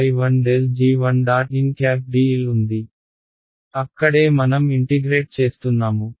అక్కడే మనం ఇంటిగ్రేట్ చేస్తున్నాము